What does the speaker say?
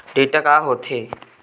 Data का होथे?